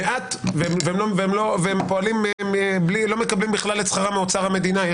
והם לא מקבלים את שכרם בכלל מאוצר המדינה.